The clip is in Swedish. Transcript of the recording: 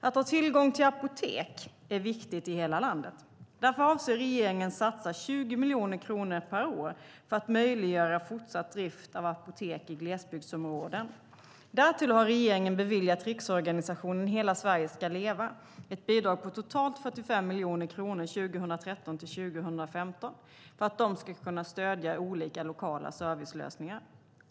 Att ha tillgång till apotek är viktigt i hela landet. Därför avser regeringen att satsa 20 miljoner kronor per år för att möjliggöra fortsatt drift av apotek i glesbygdsområden. Därtill har regeringen beviljat Riksorganisationen Hela Sverige ska leva ett bidrag på totalt 45 miljoner kronor 2013-2015 för att de ska kunna stödja olika lokala servicelösningar.